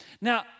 Now